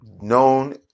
known